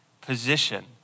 position